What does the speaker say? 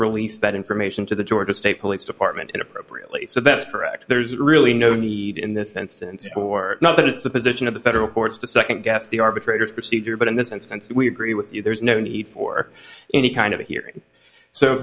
released that information to the georgia state police department inappropriately so that's correct there's really no need in this instance for now that it's the position of the federal courts to second guess the arbitrators procedure but in this instance we agree with you there's no need for any kind of a hearing so